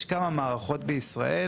יש כמה מערכות בישראל,